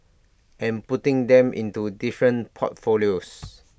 and putting them into different portfolios